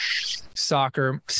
soccer